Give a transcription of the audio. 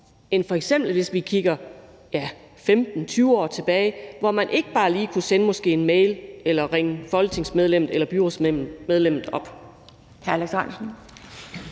end hvis vi f.eks. kigger 15-20 år tilbage, hvor man ikke bare lige kunne sende en mail til eller ringe folketingsmedlemmet eller byrådsmedlemmet op.